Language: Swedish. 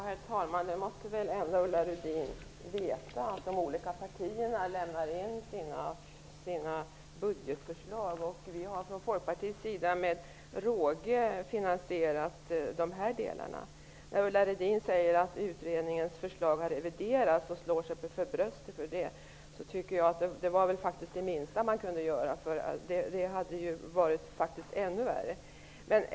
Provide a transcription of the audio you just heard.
Herr talman! Ulla Rudin måtte väl ändå veta att de olika partierna lämnar in sina budgetförslag. Vi har från Folkpartiets sida med råge finansierat de här delarna. Ulla Rudin säger att utredningens förslag har reviderats och slår sig för bröstet för det, men jag tycker att det var det minsta man kunde göra. Utredningens förslag var ju faktiskt ännu sämre.